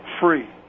free